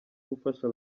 gufasha